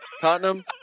Tottenham